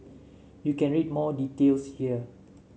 you can read more details here